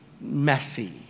messy